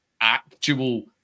actual